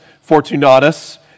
Fortunatus